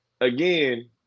again